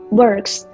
works